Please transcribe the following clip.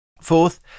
Fourth